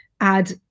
add